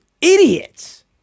idiots